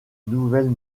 nouvelles